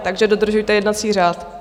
Takže dodržujte jednací řád.